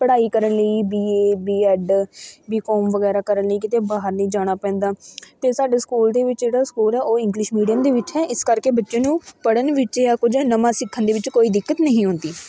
ਪੜ੍ਹਾਈ ਕਰਨ ਲਈ ਬੀਏ ਬੀਐਡ ਬੀਕੋਮ ਵਗੈਰਾ ਕਰਨ ਲਈ ਕਿਤੇ ਬਾਹਰ ਨਹੀਂ ਜਾਣਾ ਪੈਂਦਾ ਅਤੇ ਸਾਡੇ ਸਕੂਲ ਦੇ ਵਿੱਚ ਜਿਹੜਾ ਸਕੂਲ ਆ ਉਹ ਇੰਗਲਿਸ਼ ਮੀਡੀਅਮ ਦੇ ਵਿੱਚ ਹੈ ਇਸ ਕਰਕੇ ਬੱਚੇ ਨੂੰ ਪੜ੍ਹਨ ਵਿੱਚ ਜਾਂ ਕੁਝ ਨਵਾਂ ਸਿੱਖਣ ਦੇ ਵਿੱਚ ਕੋਈ ਦਿੱਕਤ ਨਹੀਂ ਹੁੰਦੀ